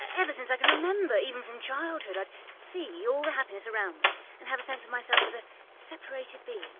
ever since i can remember, even from childhood, i'd see all the happiness around me and have a sense of myself as a separated being,